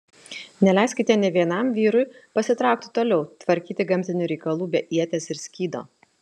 neleiskite nė vienam vyrui pasitraukti toliau tvarkyti gamtinių reikalų be ieties ir skydo